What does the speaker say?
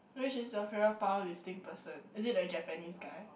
which is your favourite powerlifting person is it the Japanese guy